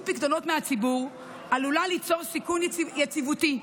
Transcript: פיקדונות מהציבור עלולה ליצור סיכון יציבותי,